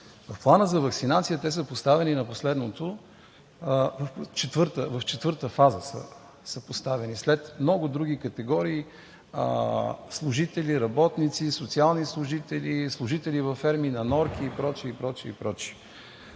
В Плана за ваксинация те са поставени в четвърта фаза, след много други категории служители, работници, социални служители, служители във ферми на норки и прочее, и прочее, и прочее.